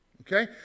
okay